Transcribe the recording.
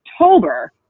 October